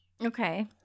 Okay